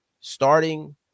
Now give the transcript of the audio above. starting –